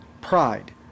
pride